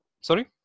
Sorry